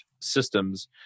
systems